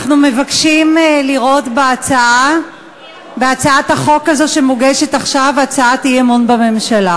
אנחנו מבקשים לראות בהצעת החוק הזאת שמוגשת עכשיו הצעת אי-אמון בממשלה.